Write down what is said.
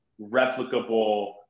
replicable